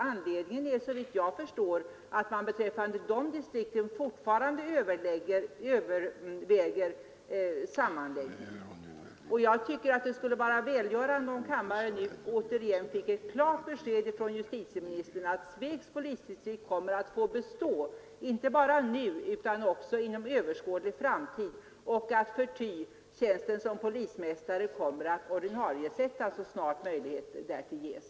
Anledningen är, såvitt jag förstår, att man beträffande de distrikten fortfarande överväger sammanläggning, och jag tycker att det skulle vara välgörande om kammaren återigen fick ett klart besked från justitieministern om att Svegs polisdistrikt kommer att bestå, inte bara nu utan också inom överskådlig framtid och att förty tjänsten som polismästare kommer att ordinariesättas så snart möjlighet därtill ges.